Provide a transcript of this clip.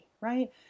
right